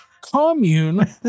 commune